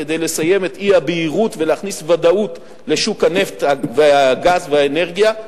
כדי לסיים את אי-הבהירות ולהכניס ודאות לשוק הנפט והגז והאנרגיה.